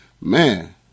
man